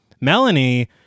Melanie